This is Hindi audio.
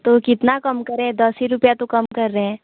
तो कितना कम करें दस ही रुपया तो कम कर रहे हैं